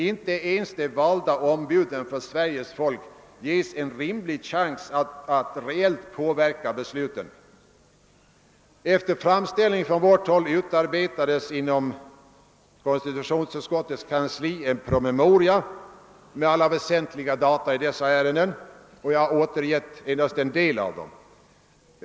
Inte ens de valda ombuden för Sveriges folk ges en rimlig chans att reellt påverka besluten. Efter framställning från vårt håll utarbetades inom konstitutionsutskottets kansli en promemoria med alla väsentliga data i dessa ärenden. Jag har återgivit endast en del av dem.